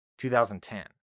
2010